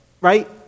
right